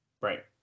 Right